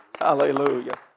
Hallelujah